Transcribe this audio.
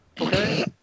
Okay